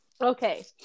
Okay